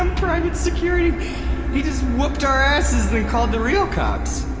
and private security, he just whupped our asses, then called the real cops